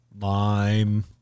Lime